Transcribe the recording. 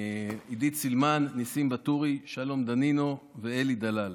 עידית סילמן, ניסים ואטורי, שלום דנינו ואלי דלל,